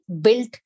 built